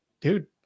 dude